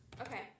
Okay